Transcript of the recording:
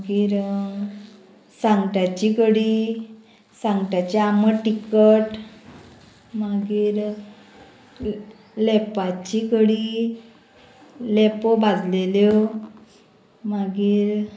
मागीर सांगटाची कडी सांगटाची आमट तिकट मागीर लेपांची कडी लेपो भाजलेल्यो मागीर